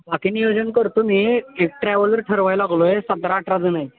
बाकी नियोजन करतो मी एक ट्रॅव्हलर ठरवाय लागलो आहे सतरा अठरा जण आहेत